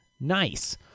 nice